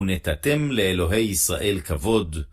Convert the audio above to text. ונתתם לאלוהי ישראל כבוד.